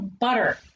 butter